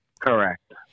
Correct